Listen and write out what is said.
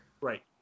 Right